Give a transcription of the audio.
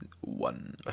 One